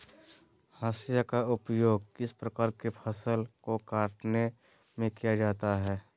हाशिया का उपयोग किस प्रकार के फसल को कटने में किया जाता है?